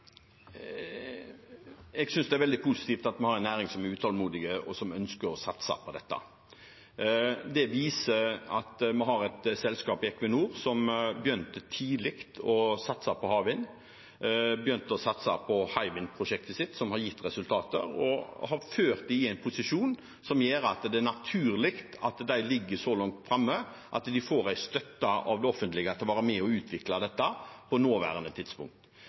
Jeg synes det er veldig positivt at vi har en næring som er utålmodig, og som ønsker å satse på dette. Det viser at vi har et selskap – Equinor – som begynte å satse på havvind tidlig. De begynte å satse på Hywind-prosjektet sitt, som har gitt resultater. Det har ført dem i en posisjon som gjør at det er naturlig at de ligger så langt framme at de får en støtte fra det offentlige til å være med på å utvikle dette på det nåværende tidspunkt.